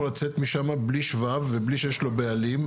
לצאת משם בלי שבב ובלי שיש לו בעלים.